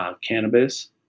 cannabis